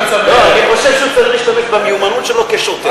אני חושב שהוא צריך להשתמש במיומנות שלו כשוטר,